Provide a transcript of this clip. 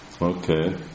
Okay